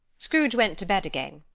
scrooge went to bed again,